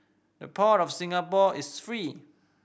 the Port of Singapore is free